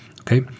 Okay